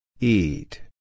Eat